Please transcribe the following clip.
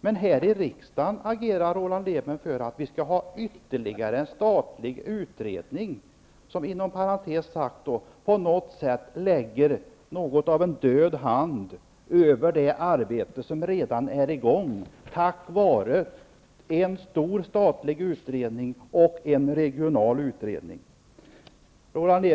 men här i riksdagen agerar Roland Lében för att vi skall ha ytterligare en statlig utredning, som inom parentes sagt på något sätt skulle lägga något av en död hand över det arbete som redan är i gång, tack vare en stor statlig utredning och en regional utredning.